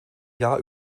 jahr